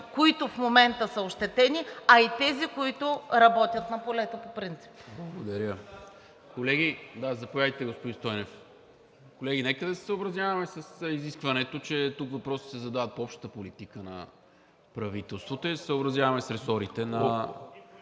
които в момента са ощетени, а и тези, които работят на полето по принцип. ПРЕДСЕДАТЕЛ НИКОЛА МИНЧЕВ: Благодаря. Колеги, нека да се съобразяваме с изискването, че тук въпроси се задават по общата политика на правителството, и да се съобразяваме с ресорите на